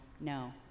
no